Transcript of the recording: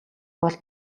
бол